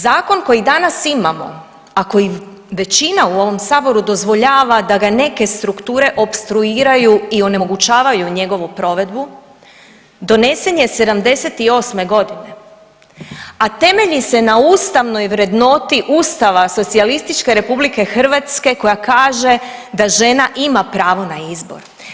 Zakon koji danas imamo, a većina u ovom saboru dozvoljava da ga neke strukture opstruiraju i onemogućavaju njegovu provedbu donesen je '78. godine, a temelji se na ustavnoj vrednoti Ustava Socijalističke Republike Hrvatske koja kaže da žena ima pravo na izbor.